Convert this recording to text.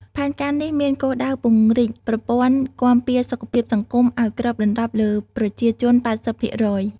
ផែនការនេះមានគោលដៅពង្រីកប្រព័ន្ធគាំពារសុខភាពសង្គមឱ្យគ្របដណ្ដប់លើប្រជាជន៨០%។